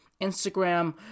Instagram